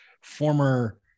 former